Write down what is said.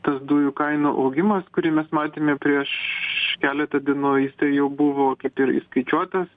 tas dujų kainų augimas kurį mes matėme prieš keletą dienų jisai jau buvo kaip ir įskaičiuotas